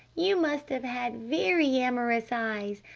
you must have had very amorous eyes!